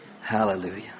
Hallelujah